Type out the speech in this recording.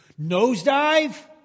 nosedive